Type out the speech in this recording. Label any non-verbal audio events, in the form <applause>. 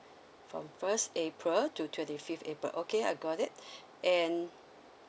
from first april to twenty fifth april okay I got it <breath> and